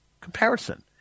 comparison